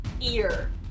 Ear